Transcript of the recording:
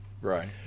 Right